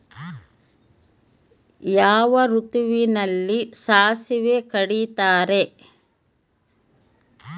ಯಾವ ಋತುವಿನಲ್ಲಿ ಸಾಸಿವೆ ಕಡಿತಾರೆ?